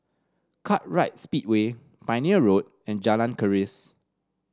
Kartright Speedway Pioneer Road and Jalan Keris